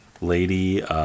Lady